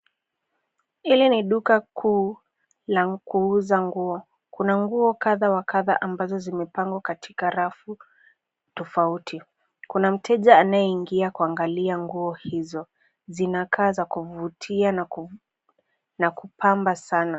Hili ni duka kuu la kuuza nguo. Kuna nguo kadha wa kadha ambazo zimepangwa katika rafu tofauti. Kuna mteja anayeingia kuangalia nguo hizo. Zinakaa za kuvutia na kupamba sana.